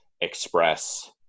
express